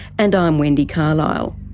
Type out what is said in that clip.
and i'm wendy carlisle.